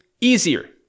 easier